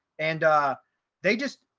and they just,